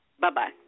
Bye-bye